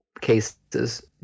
cases-